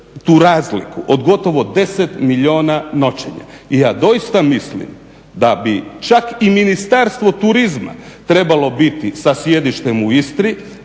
tu razliku od gotovo 10 milijuna noćenja i ja doista mislim da bi čak i Ministarstvo turizma trebalo biti sa sjedištem u Istri,